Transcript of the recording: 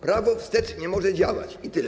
Prawo wstecz nie może działać i tyle.